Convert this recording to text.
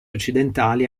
occidentali